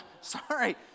sorry